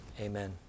amen